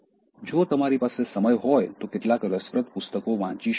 જો તમારી પાસે સમય હોય તો કેટલાક રસપ્રદ પુસ્તકો વાંચી શકો છો